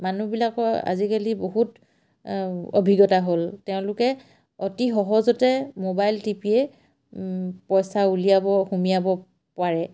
মানুহবিলাকৰ আজিকালি বহুত অভিজ্ঞতা হ'ল তেওঁলোকে অতি সহজতে মোবাইল টিপিয়ে পইচা উলিয়াব সোমোৱাব পাৰে